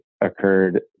occurred